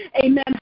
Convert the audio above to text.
Amen